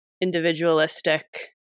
individualistic